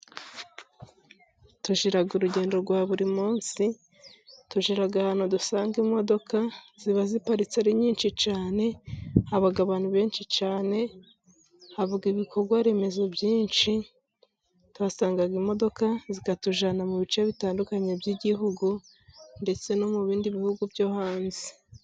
Tugira urugendo rwa buri munsi, tugira ahantu dusanga imodoka, ziba ziparitse ari nyinshi cyane, haba abantu benshi cyane, habaa ibikorwaremezo byinshi, tuhasanga imodoka zikatujyana mu bice bitandukanye by'igihugu ndetse no mu bindi bihugu byo hanze.